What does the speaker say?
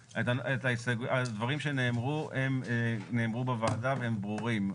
הדברים שנאמרו הם נאמרו בוועדה והם ברורים.